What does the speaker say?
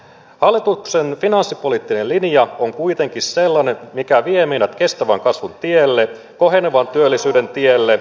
hallituksen finanssipoliittinen linja on kuitenkin sellainen mikä vie meidät kestävän kasvun tielle kohenevan työllisyyden tielle